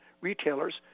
retailers